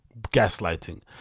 gaslighting